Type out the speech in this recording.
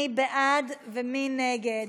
מי בעד ומי נגד?